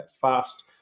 fast